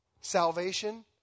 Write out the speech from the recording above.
salvation